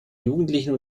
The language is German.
jugendlichen